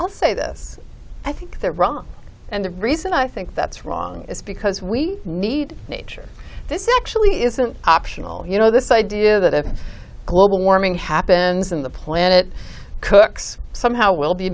i'll say this i think they're wrong and the reason i think that's wrong is because we need nature this is actually isn't optional you know this idea that if global warming happens in the planet cooks somehow will be